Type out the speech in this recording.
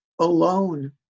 alone